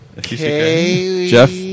Jeff